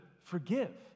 forgive